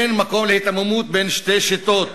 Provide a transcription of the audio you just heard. אין מקום להיתממות בין שתי שיטות: